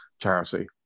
charity